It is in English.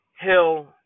Hill